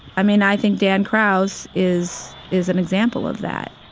i mean, i think dan crouse is is an example of that.